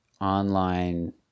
online